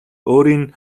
өөрийн